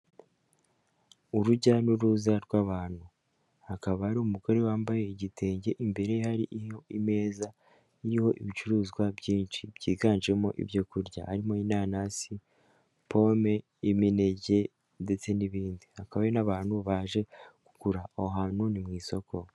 Urujya n'uruza rw'abantu, akaba ari umugore wambaye igitenge, imbere hari ameza ariho ibicuruzwa byinshi byiganjemo ibyo kurya, harimo inanasi, pome, imineke ndetse n'ibindi, hakaba hari n'abantu baje kugura, aho hantu ni mu isoko.